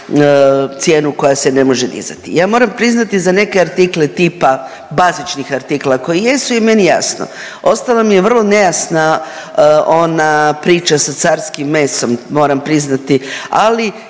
cijenu koja se ne može dizati. Ja moramo priznati za neke artikle tipa bazičnih artikla koji jesu je meni jasno, ostala mi je vrlo nejasna ona priča sa carskim mesom moram priznati, ali